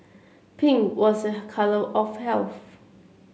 pink was a colour of health